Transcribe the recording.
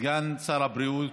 סגן שר הבריאות,